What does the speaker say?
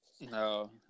No